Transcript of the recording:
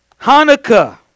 Hanukkah